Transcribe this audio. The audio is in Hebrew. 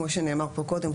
כמו שנאמר פה קודם,